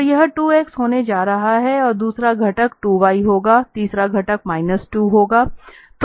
तो यह 2 x होने जा रहा है और दूसरा घटक 2 y होगा तीसरा घटक माइनस 2 होगा